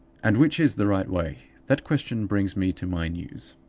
and which is the right way? that question brings me to my news.